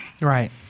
Right